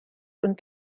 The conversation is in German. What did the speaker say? und